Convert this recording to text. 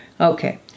Okay